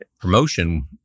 promotion